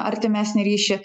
artimesnį ryšį